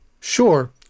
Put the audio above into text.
Sure